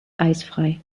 eisfrei